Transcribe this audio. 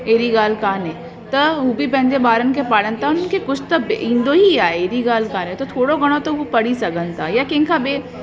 अहिड़ी ॻाल्हि काने त हू बि पंहिंजे बारनि खे पाढ़नि था कि कुझु त ईंदो ही आहे अहिड़ी ॻाल्हि काने त थोरो घणो त हू पढ़ी सघनि था या कंहिं खां ॿिएं